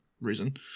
reason